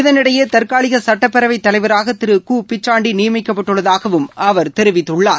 இதனிடையே தற்காலிக சுட்டப்பேரவைத் தலைவராக திரு குபிச்சாண்டி நியமிக்கப்பட்டுள்ளதாகவும் அவர் தெரிவித்துள்ளார்